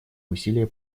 усилия